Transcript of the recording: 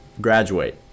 graduate